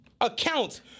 accounts